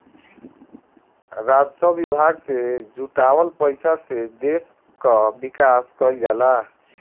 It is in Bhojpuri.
राजस्व विभाग से जुटावल पईसा से देस कअ विकास कईल जाला